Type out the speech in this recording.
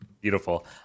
Beautiful